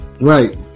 Right